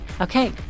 Okay